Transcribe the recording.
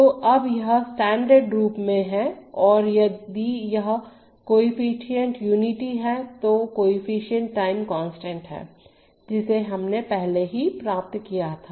तोअब यह स्टैण्डर्ड रूप में है और यदि यह कोएफ़िशिएंट यूनिटी हैं तो कोएफ़िशिएंट टाइम कांस्टेंट है जिसे हमने पहले ही प्राप्त किया था